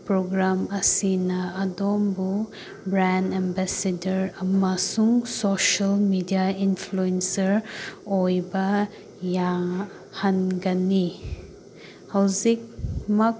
programme ꯑꯁꯤꯅ ꯑꯗꯣꯝꯕꯨ brand ambassador ꯑꯃꯁꯨꯡ ꯁꯣꯁꯤꯌꯦꯜ ꯃꯦꯗꯤꯌꯥ ꯏꯟꯐ꯭ꯂꯨꯌꯦꯟꯁꯔ ꯑꯣꯏꯕ ꯌꯥꯍꯟꯒꯅꯤ ꯍꯧꯖꯤꯛꯃꯛ